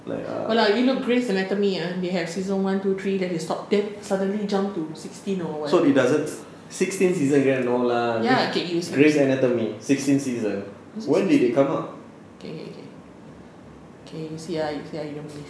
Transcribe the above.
!walao! you know grey's anatomy ah they have season one to three then they stopped then suddenly jumped to sixteen ya K you see ah you see ah you don't believe